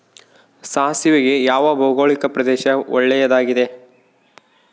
ಸಾಸಿವೆಗೆ ಯಾವ ಭೌಗೋಳಿಕ ಪ್ರದೇಶ ಒಳ್ಳೆಯದಾಗಿದೆ?